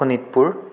Sonitpur